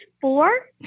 four